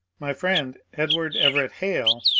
my friend edward everett hale,